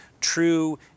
true